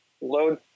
load